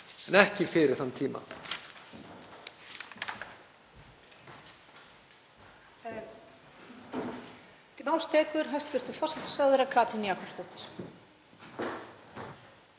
en ekki fyrir þann tíma.